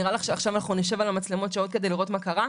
'נראה לך שעכשיו אנחנו נשב על המצלמות שעות כדי לראות מה קרה?'